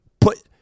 Put